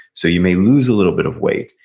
so you may lose a little bit of weight,